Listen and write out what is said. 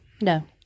No